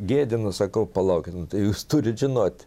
gėdinu sakau palaukit nu tai jūs turit žinot